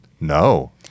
No